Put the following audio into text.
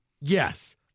Yes